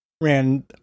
Ran